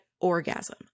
orgasm